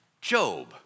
Job